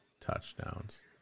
touchdowns